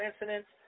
incidents